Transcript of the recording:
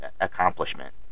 accomplishment